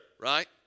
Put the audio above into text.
right